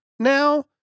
now